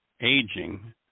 Aging